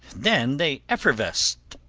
then they effervesced!